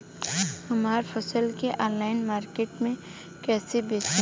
हमार फसल के ऑनलाइन मार्केट मे कैसे बेचम?